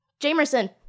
Jamerson